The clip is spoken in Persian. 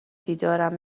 دیدارم